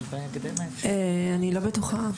אני לא בטוחה.